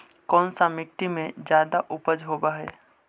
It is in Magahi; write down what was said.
कोन सा मिट्टी मे ज्यादा उपज होबहय?